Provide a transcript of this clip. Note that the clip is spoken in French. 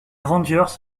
rangers